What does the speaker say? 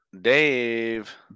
Dave